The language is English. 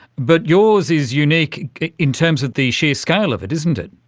but yours is unique in terms of the sheer scale of it, isn't it?